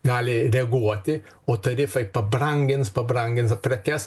gali reaguoti o tarifai pabrangins pabrangins prekes